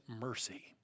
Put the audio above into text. mercy